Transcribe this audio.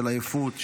של עייפות,